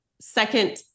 second